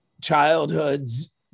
childhoods